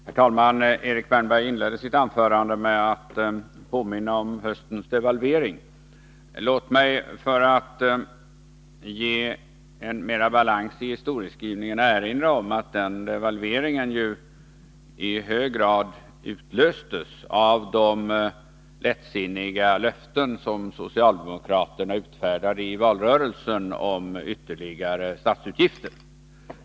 Herr talman! Erik Wärnberg inledde sitt anförande med att påminna om höstens devalvering. Låt mig, för att ge mer balans i historieskrivningen, erinra om att den devalveringen i hög grad utlöstes av de lättsinniga löften som socialdemokraterna i valrörelsen utfärdade om ytterligare statsutgifter.